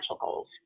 goals